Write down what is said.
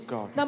God